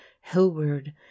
hillward